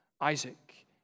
Isaac